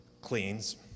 cleans